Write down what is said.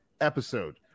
episode